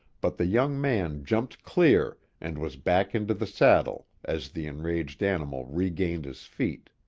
but the young man jumped clear and was back into the saddle as the enraged animal regained his feet.